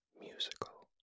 Musical